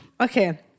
Okay